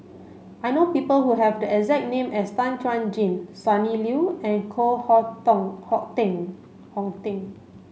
I know people who have the exact name as Tan Chuan Jin Sonny Liew and Koh Hong Teng